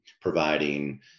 providing